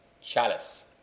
chalice